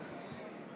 לסטטיסטיקה.